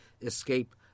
escape